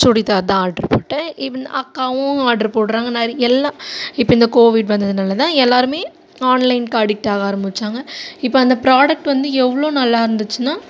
சுடிதார் தான் ஆட்ரு போட்டேன் ஈவென் அக்காவும் ஆட்ரு போடுறாங்க நிறை எல்லா இப்போ இந்த கோவிட் வந்ததுனால்தான் எல்லாேருமே ஆன்லைனுக்கு அடிக்ட்டாக ஆரம்பித்தாங்க இப்போ அந்த ப்ராடக்ட் வந்து எவ்வளோ நல்லாயிருந்துச்சின்னா